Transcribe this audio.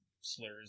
slurs